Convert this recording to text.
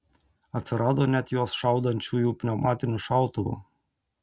atsirado net juos šaudančiųjų pneumatiniu šautuvu